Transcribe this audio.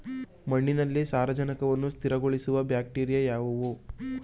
ಮಣ್ಣಿನಲ್ಲಿ ಸಾರಜನಕವನ್ನು ಸ್ಥಿರಗೊಳಿಸುವ ಬ್ಯಾಕ್ಟೀರಿಯಾ ಯಾವುದು?